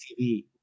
TV